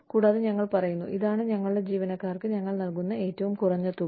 കൂടാതെ ഞങ്ങൾ പറയുന്നു ഇതാണ് ഞങ്ങളുടെ ജീവനക്കാർക്ക് ഞങ്ങൾ നൽകുന്ന ഏറ്റവും കുറഞ്ഞ തുക